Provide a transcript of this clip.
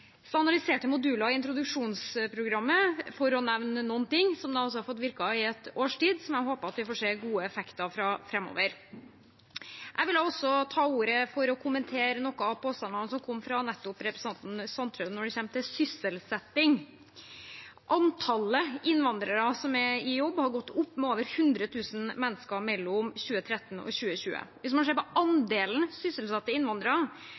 standardiserte moduler i introduksjonsprogrammet, for å nevne noe. Den har fått virke i ett års tid, og jeg håper å få se gode effekter av den framover. Jeg ville også ta ordet for å kommentere noen av påstandene som kom fra nettopp representanten Per Martin Sandtrøen når det gjelder sysselsetting. Antallet innvandrere som er i jobb, har gått opp med over 100 000 mennesker mellom 2013 og 2020. Hvis man ser på andelen sysselsatte innvandrere